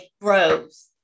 grows